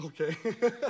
Okay